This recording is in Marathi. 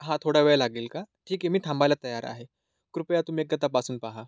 हा थोडा वेळ लागेल का ठीक हे मी थांबायला तयार आहे कृपया तुम्ही एकदा तपासून पहा